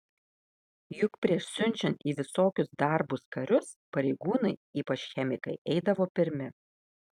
juk prieš siunčiant į visokius darbus karius pareigūnai ypač chemikai eidavo pirmi